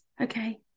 Okay